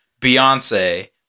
Beyonce